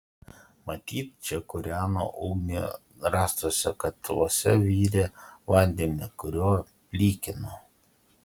matyt čia kūreno ugnį rastuose katiluose virė vandenį kuriuo plikino